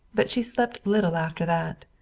but she slept little after that.